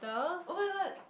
oh-my-god